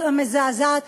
המזעזעת,